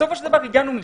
בסופו של דבר הגענו משם.